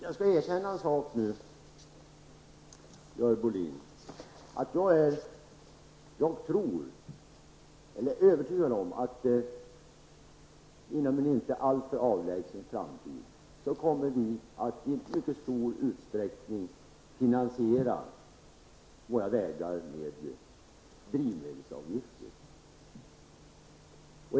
Herr talman! Jag skall erkänna en sak nu, Görel Bohlin. Jag är övertygad om att vi inom en inte alltför avlägsen framtid kommer att i mycket stor utsträckning finansiera våra vägar med drivmedelsavgifter.